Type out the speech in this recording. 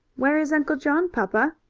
where is uncle john, papa?